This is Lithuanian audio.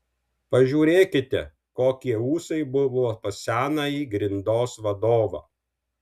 pažiūrėkite kokie ūsai buvo pas senąjį grindos vadovą